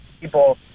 people